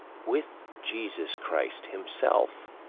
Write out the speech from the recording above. with jesus christ himself,